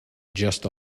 just